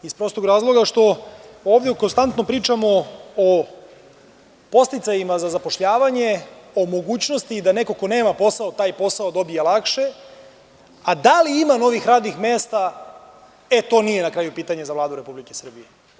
Iz prostog razloga što ovde konstantno pričamo o podsticajima za zapošljavanje, o mogućnosti da neko ko nema posao, taj posao dobije lakše, a da li ima novih radnih mesta, to nije na kraju pitanje Vlade Republike Srbije.